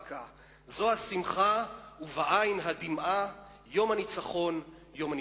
הרקה/ זו השמחה / ובעין הדמעה / יום הניצחון / יום הניצחון".